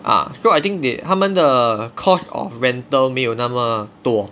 ah so I think they 他们的 cost of rental 没有那么多